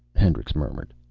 hendricks murmured.